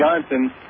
Johnson